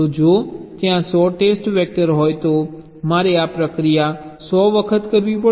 તો જો ત્યાં 100 ટેસ્ટ વેક્ટર હોય તો મારે આ પ્રક્રિયા 100 વખત કરવી પડશે